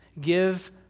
Give